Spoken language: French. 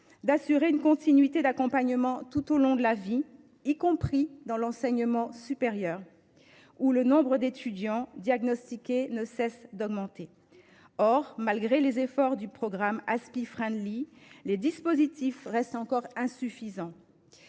d’assurer une continuité d’accompagnement tout au long de la vie, y compris dans l’enseignement supérieur, où le nombre d’étudiants diagnostiqués ne cesse d’augmenter. Malgré les efforts du programme « Aspie Friendly », les dispositifs restent insuffisants.